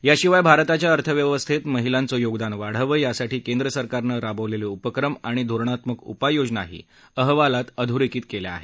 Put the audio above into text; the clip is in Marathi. याशिवाय भारताच्या अर्थव्यवस्थेत महिलांचं योगदान वाढवं यासाठी केंद्र सरकारनं राबवलेले उपक्रम आणि धोरणात्मक उपाययोनाही अहवालात अधोरेखित केल्या आहेत